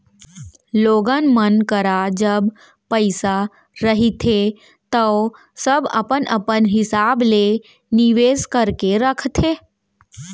लोगन मन करा जब पइसा रहिथे तव सब अपन अपन हिसाब ले निवेस करके रखथे